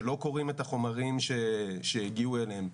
שלא קוראים את החומרים שהגיעו אליהם.